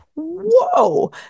whoa